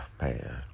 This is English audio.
man